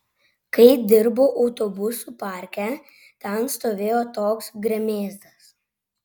kai dirbau autobusų parke ten stovėjo toks gremėzdas